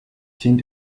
kind